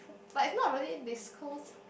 but it's no really this close